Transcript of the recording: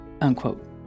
unquote